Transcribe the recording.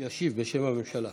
הוא ישיב בשם הממשלה.